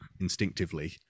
instinctively